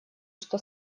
что